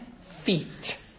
feet